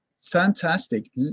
Fantastic